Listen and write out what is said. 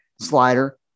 slider